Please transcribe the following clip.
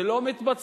זה לא מתבצע.